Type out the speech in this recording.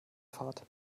fahrt